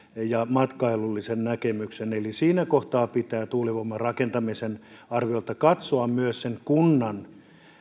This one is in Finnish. ja matkailullisen näkemyksen eli siinä kohtaa pitää tuulivoiman rakentamisen arviossa katsoa myös sen kunnan